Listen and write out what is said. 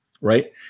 right